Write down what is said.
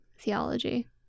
theology